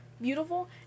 beautiful